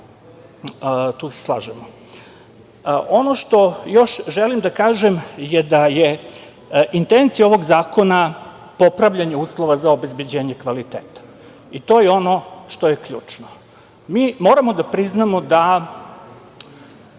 Tu se slažemo. Ono što još želim da kažem je da je intencija ovog zakona popravljanje uslova za obezbeđenje kvaliteta i to je ono što je ključno. Mi moramo da priznamo da